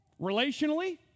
Relationally